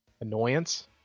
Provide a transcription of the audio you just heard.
annoyance